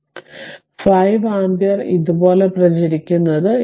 5 ampere ഇതുപോലെ പ്രചരിക്കുന്നത്